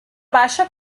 baixa